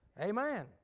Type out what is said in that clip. Amen